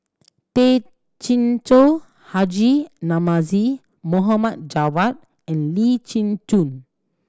Tay Chin Joo Haji Namazie Mohd Javad and Lee Chin Koon